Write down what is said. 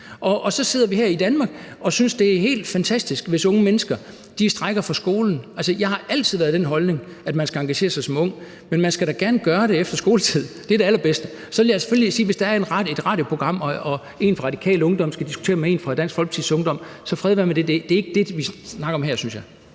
Og så sidder vi her i Danmark og synes, det er helt fantastisk, hvis unge mennesker strejker fra skolen. Altså, jeg har altid været af den holdning, at man skal engagere sig som ung, men man skal da gerne gøre det efter skoletid – det er det allerbedste. Så vil jeg selvfølgelig sige, at hvis der er et radioprogram, hvor en fra Radikal Ungdom skal diskutere med en fra Dansk Folkepartis Ungdom, så fred være med det. Det er ikke det, vi snakker om her, synes jeg.